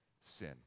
sin